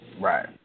Right